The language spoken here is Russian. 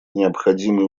необходимы